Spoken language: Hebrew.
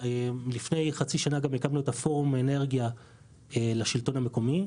לפני חצי שנה גם הקמנו את פורום האנרגיה לשלטון המקומי.